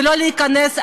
ולא להיכנס,